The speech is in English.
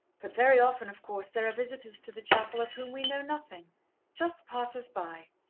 but very often, of course, there are visitors to the chapel of whom we know nothing just passers-by.